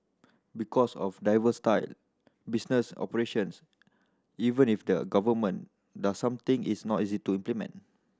because of diversified business operations even if the Government does something it's not easy to implement